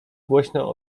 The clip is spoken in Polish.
głośno